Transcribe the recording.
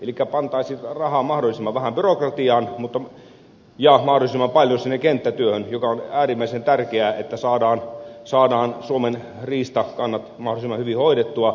elikkä pantaisiin rahaa mahdollisimman vähän byrokratiaan ja mahdollisimman paljon kenttätyöhön joka on äärimmäisen tärkeää että saadaan suomen riistakannat mahdollisimman hyvin hoidettua